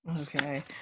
Okay